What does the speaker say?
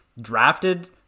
Drafted